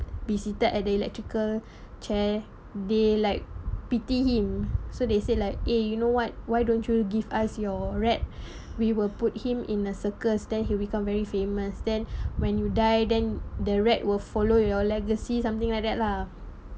be seated at the electrical chair they like pity him so they said like eh you know what why don't you give us your rat we will put him in a circus then he become very famous then when you die then the rat will follow your legacy something like that lah